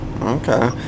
Okay